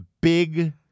big